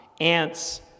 Ants